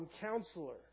counselor